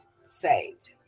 saved